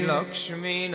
Lakshmi